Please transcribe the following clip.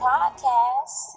Podcast